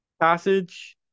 passage